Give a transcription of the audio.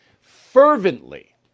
fervently